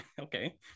okay